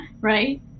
Right